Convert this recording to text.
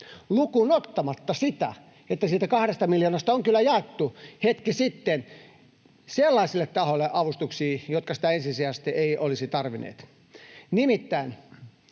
lukuun ottamatta sitä, että siitä 2 miljoonasta on kyllä jaettu hetki sitten avustuksia sellaisille tahoille, jotka sitä ensisijaisesti eivät olisi tarvinneet. Nimittäin